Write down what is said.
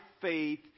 faith